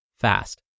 fast